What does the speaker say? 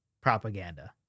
propaganda